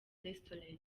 restaurant